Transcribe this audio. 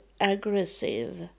aggressive